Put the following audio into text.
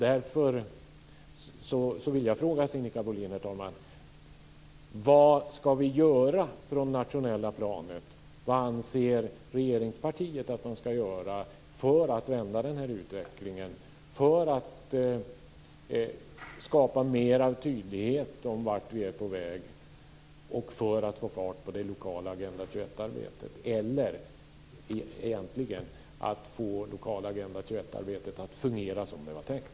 Jag vill därför fråga Sinikka Bohlin: Vad anser regeringspartiet att man ska göra från det nationella planet för att vända utvecklingen och skapa större tydlighet om vart vi är på väg och för att få fart på det lokala Agenda 21-arbetet och få det att fungera som det var tänkt?